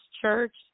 church